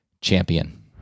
champion